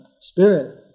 spirit